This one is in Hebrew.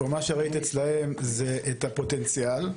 או מה שראית אצלם זה את הפוטנציאל,